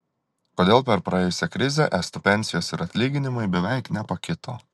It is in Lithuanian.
kodėl per praėjusią krizę estų pensijos ir atlyginimai beveik nepakito